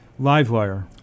Livewire